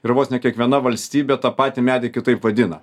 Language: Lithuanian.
ir vos ne kiekviena valstybė tą patį medį kitaip vadina